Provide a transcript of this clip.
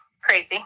crazy